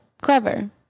Clever